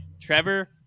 Trevor